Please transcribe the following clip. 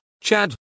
Chad